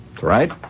Right